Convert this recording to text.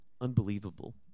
Unbelievable